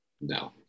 No